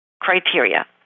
criteria